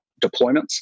deployments